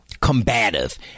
combative